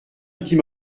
petit